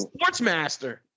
Sportsmaster